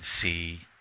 see